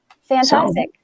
Fantastic